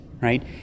right